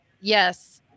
yes